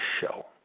show